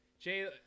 Jay